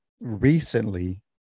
recently